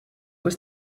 was